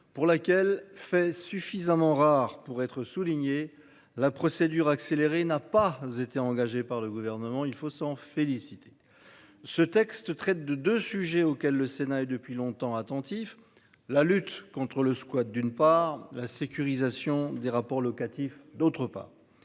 pour laquelle fait suffisamment rare pour être souligné. La procédure accélérée, n'a pas été engagé par le gouvernement, il faut s'en féliciter. Ce texte traite de deux sujets auxquelles le Sénat et depuis longtemps attentif. La lutte contre le squat d'une part la sécurisation des rapports locatifs, d'autre part.